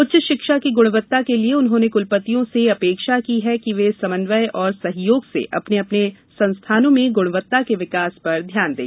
उच्च शिक्षा की ग्णवत्ता के लिए उन्होंने कुलपतियों से अपेक्षा की है कि वे समन्वय और सहयोग से अपने अपने संस्थानों में गुणवत्ता के विकास पर ध्यान दें